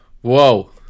Whoa